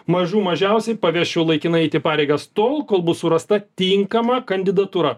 mažų mažiausiai pavesčiau laikinai eiti pareigas tol kol bus surasta tinkama kandidatūra